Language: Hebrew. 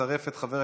אתה מצרף את קולך.